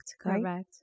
Correct